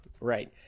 Right